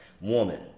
woman